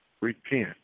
repent